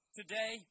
today